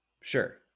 Sure